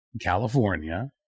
California